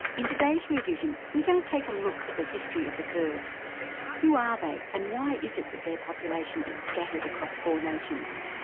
in today's rear vision we're going to take a look at the history of the kurds who are they, and why is it that their population is scattered across four nations?